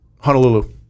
Honolulu